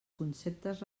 conceptes